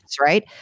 Right